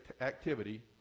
activity